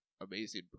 amazing